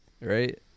right